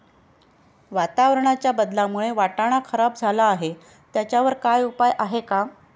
वातावरणाच्या बदलामुळे वाटाणा खराब झाला आहे त्याच्यावर काय उपाय आहे का?